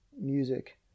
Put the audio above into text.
music